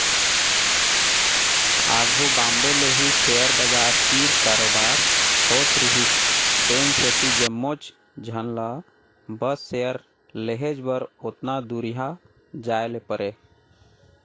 आघु बॉम्बे ले ही सेयर बजार कीर कारोबार होत रिहिस तेन सेती जम्मोच झन ल बस सेयर लेहेच बर ओतना दुरिहां जाए ले परे